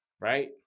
right